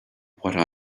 what